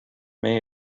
may